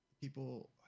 people